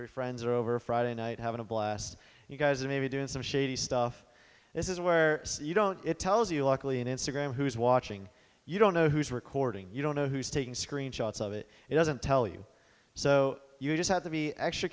your friends or over a friday night having a blast you guys are maybe doing some shady stuff this is where you don't it tells you luckily an instagram who's watching you don't know who's recording you don't know who's taking screenshots of it it doesn't tell you so you just have to be